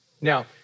Now